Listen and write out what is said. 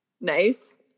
Nice